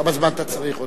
כמה זמן אתה צריך עוד?